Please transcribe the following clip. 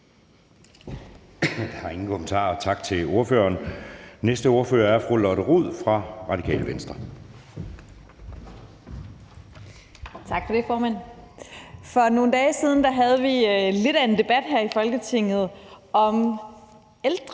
Tak for det, formand. For nogle dage siden havde vi lidt af en debat her i Folketinget om ældre,